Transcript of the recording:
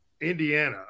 Indiana